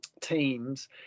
teams